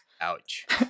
Ouch